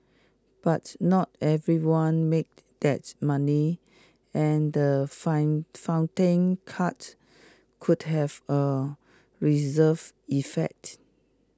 but not everyone made that money and the find funding cut could have A reserve effect